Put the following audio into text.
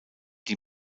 die